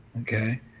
Okay